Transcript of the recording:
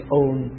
own